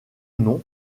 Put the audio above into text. nom